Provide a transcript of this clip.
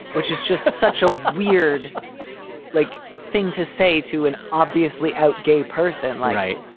which is just such ah a weird like thing to say to an obviously out gay person. like i.